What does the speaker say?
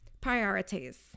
Priorities